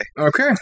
Okay